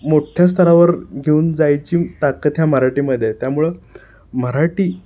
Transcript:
मोठ्या स्तरावर घेऊन जायची ताकद ह्या मराठीमध्ये आहे त्यामुळं मराठी